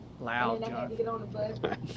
Loud